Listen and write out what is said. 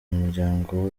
muryango